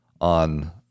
on